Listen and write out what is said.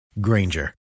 Granger